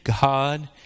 God